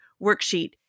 worksheet